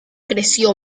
creció